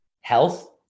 health